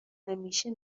همیشه